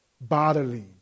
bodily